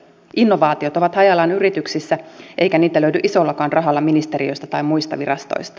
innovaatiot ovat hajallaan yrityksissä eikä niitä löydy isollakaan rahalla ministeriöistä tai muista virastoista